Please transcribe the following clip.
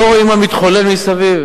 לא רואים מה מתחולל מסביב.